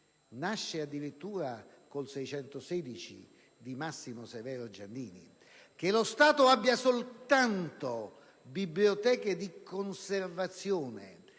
24 luglio 1977, n. 616, di Massimo Severo Giannini. Che lo Stato abbia soltanto biblioteche di conservazione